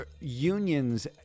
unions